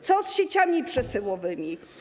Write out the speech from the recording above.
Co z sieciami przesyłowymi?